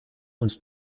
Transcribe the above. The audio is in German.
uns